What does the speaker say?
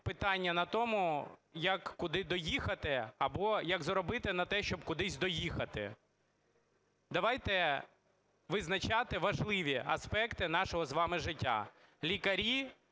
питання на тому, як, куди доїхати або як заробити на те, щоб кудись доїхати. Давайте визначати важливі аспекти нашого з вами життя: лікарі,